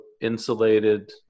insulated